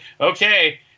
okay